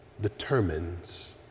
determines